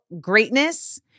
greatness